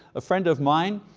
a friend of mine,